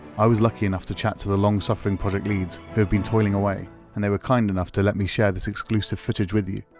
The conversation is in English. i was lucky enough to chat to the long-suffering project leads who have been toiling away, and they were kind enough to let me share this exclusive footage with you.